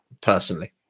Personally